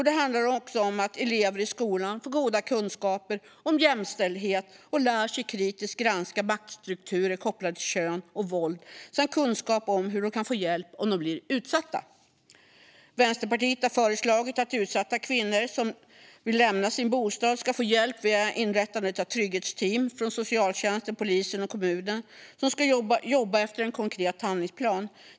Det handlar också om att elever i skolan får goda kunskaper om jämställdhet, lär sig att kritiskt granska maktstrukturer kopplade till kön och våld samt får kunskap om hur de kan få hjälp om de blir utsatta. Vänsterpartiet har föreslagit att utsatta kvinnor som vill lämna sin bostad ska få hjälp via inrättandet av trygghetsteam från socialtjänsten, polisen och kommunen, vilka ska jobba efter en konkret handlingsplan.